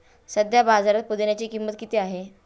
सध्या बाजारात पुदिन्याची किंमत किती आहे?